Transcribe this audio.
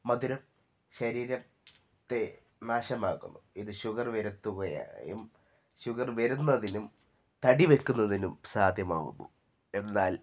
മധുരം ശരീരത്തെ നാശമാക്കുന്നു ഇത് ഷുഗർ വരുത്തുകയും ഷുഗർ വരുന്നതിനും തടി വെക്കുന്നതിനും സാധ്യമാവുന്നു എന്നാൽ